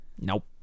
Nope